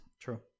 True